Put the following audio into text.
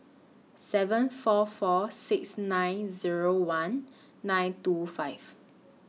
seven four four six nine Zero one nine two five